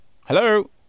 Hello